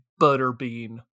Butterbean